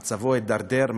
מצבו התדרדר,